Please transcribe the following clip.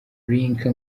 lynca